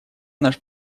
наш